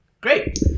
Great